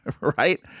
right